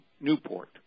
Newport